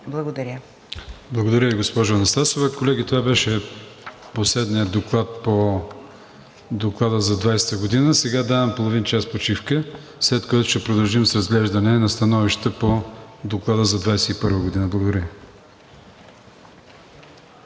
АТАНАСОВ: Благодаря Ви, госпожо Анастасова. Колеги, това беше последният доклад по Доклада за 2020 г. Сега давам половин час почивка, след което ще продължим с разглеждането на становища по Доклада за 2021 г. Благодаря